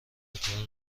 بطور